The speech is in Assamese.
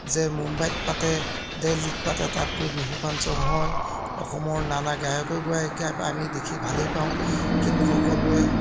যে মুম্বাইত পাতে দেলহিত পাতে তাত গৈ বিহু ফাংশ্যন হয় অসমৰ নানা গায়ক গায়িকাই আমি দেখি ভালেই পাওঁ কিন্তু সকলোৱে